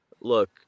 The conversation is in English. Look